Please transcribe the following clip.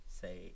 say